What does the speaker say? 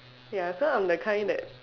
ya so I'm the kind that